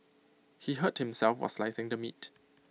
he hurt himself while slicing the meat